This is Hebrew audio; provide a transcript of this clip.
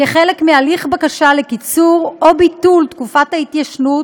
כחלק מהליך בקשה לקיצור או ביטול תקופת ההתיישנות